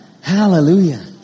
Hallelujah